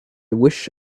wish